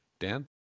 Dan